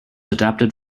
adapted